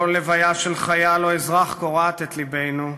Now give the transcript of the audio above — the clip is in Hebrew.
כל לוויה של חייל או אזרח קורעת אל לבנו,